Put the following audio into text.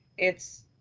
it's,